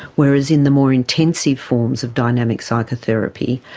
whereas in the more intensive forms of dynamic psychotherapy,